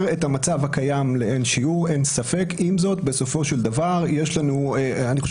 אנחנו נשמח לעשות את זה בשיתוף ועדת